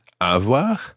avoir